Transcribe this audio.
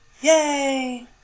Yay